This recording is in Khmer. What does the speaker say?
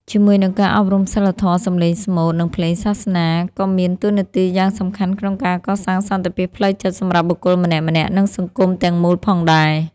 ជាមួយនឹងការអប់រំសីលធម៌ សម្លេងស្មូត និងភ្លេងសាសនាក៏មានតួនាទីយ៉ាងសំខាន់ក្នុងការកសាងសន្តិភាពផ្លូវចិត្តសម្រាប់បុគ្គលម្នាក់ៗ និងសង្គមទាំងមូលផងដែរ។